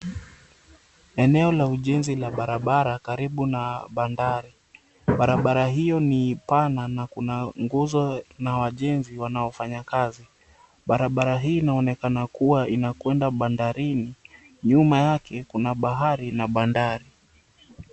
Eneo la ujenzi la barabara karibu na bandari. Barabara hio ni pana na kuna nguzo na wajenzi wanaofanya kazi. Barabara hii inaonekana kuwa inakwenda bandarini. Nyuma yake kuna bahari na bandari.